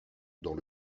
dans